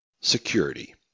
Security